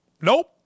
nope